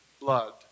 blood